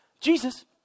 Jesus